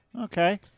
Okay